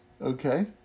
okay